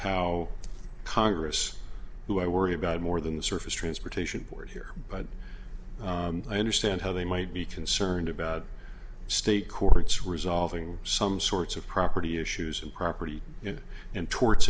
how congress who i worry about more than the surface transportation board here but i understand how they might be concerned about state courts resolving some sorts of property issues and property and to